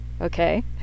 Okay